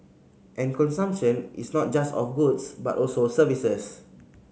and consumption is not just of goods but also of services